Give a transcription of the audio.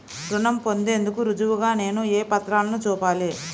రుణం పొందేందుకు రుజువుగా నేను ఏ పత్రాలను చూపాలి?